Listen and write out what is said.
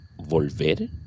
volver